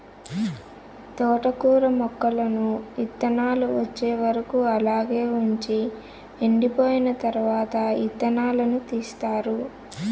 తోటకూర మొక్కలను ఇత్తానాలు వచ్చే వరకు అలాగే వుంచి ఎండిపోయిన తరవాత ఇత్తనాలను తీస్తారు